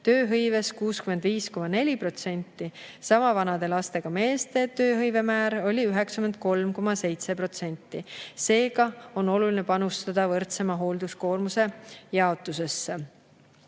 tööhõives 65,4%, sama vanade lastega meeste tööhõive määr oli 93,7%. Seega on oluline panustada võrdsema hoolduskoormuse jaotusesse.